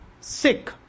sick